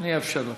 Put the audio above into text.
אני אאפשר לך.